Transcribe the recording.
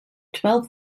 twelve